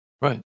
Right